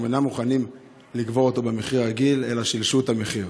אינם מוכנים לקבור אותו במחיר הרגיל אלא שילשו את המחיר.